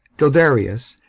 guiderius,